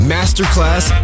Masterclass